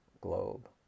globe